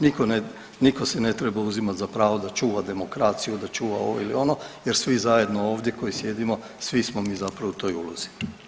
Nitko ne, nitko si ne treba uzimati za pravo da čuva demokraciju, da čuva ovo ili ono jer svi zajedno ovdje koji sjedimo svi smo mi zapravo u toj ulozi.